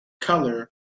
color